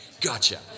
gotcha